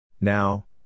Now